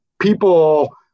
people